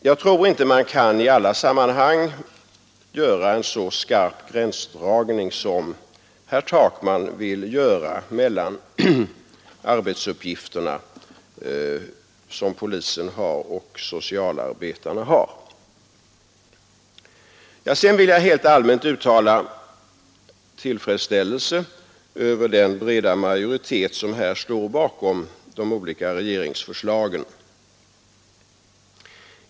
Jag tror inte att man i alla sammanhang kan göra en så skarp gränsdragning som herr Takman vill göra mellan de arbetsuppgifter som polisen har och de som socialarbetarna har. Vidare vill jag helt allmänt uttala tillfredsställelse över den breda majoritet i kammaren som står bakom de olika regeringsförslagen.